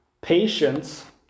Patience